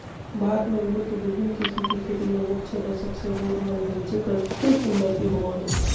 भारत में अंगूर के विविन्न किस्म के खेती लगभग छ दशक से हो रहल हई, जेकर खूब उन्नति होवअ हई